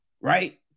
right